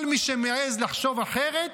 כל מי שמעז לחשוב אחרת,